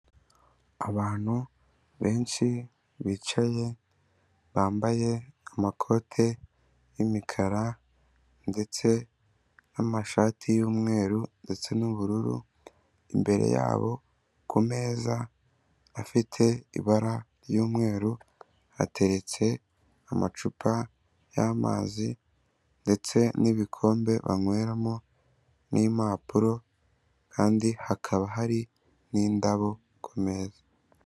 Abantu benshi bicaye bambaye amakoti y'imikara ndetse n'amashati y'umweru ndetse n'ubururu, imbere yabo ku meza afite ibara ry'umweru, hateretse amacupa y'amazi ndetse n'ibikombe banyweramo n'impapuro kandi hakaba hari n'indabo ku meza.